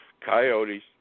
Coyotes